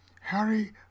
Harry